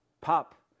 pop